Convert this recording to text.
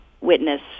witness